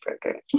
broker